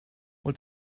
what